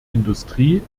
industrie